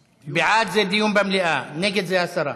בעד, זה דיון במליאה, ונגד, זה הסרה.